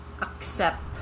accept